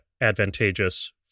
advantageous